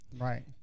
Right